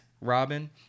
robin